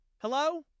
hello